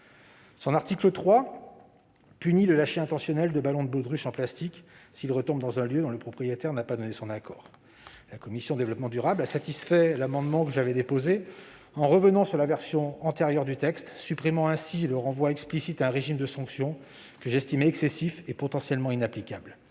L'article 3 punit les lâchers intentionnels de ballons de baudruche en plastique, si ces derniers retombent dans un lieu dont le propriétaire n'a pas donné son accord. La commission a satisfait l'amendement que j'avais déposé en revenant à la version antérieure du texte, supprimant ainsi le renvoi explicite à un régime de sanction, que j'estimais excessif et potentiellement inapplicable.